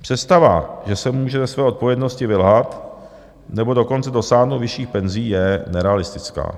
Představa, že se může ze své odpovědnosti vylhat, nebo dokonce dosáhnout vyšších penzí, je nerealistická.